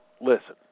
listen